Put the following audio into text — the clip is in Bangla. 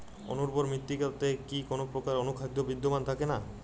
অনুর্বর মৃত্তিকাতে কি কোনো প্রকার অনুখাদ্য বিদ্যমান থাকে না?